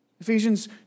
Ephesians